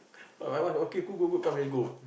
uh my wife okay go go go come already go